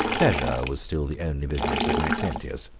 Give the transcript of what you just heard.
pleasure was still the only business of maxentius.